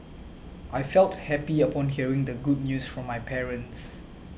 I felt happy upon hearing the good news from my parents